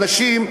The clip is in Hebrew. אנשים,